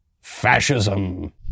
fascism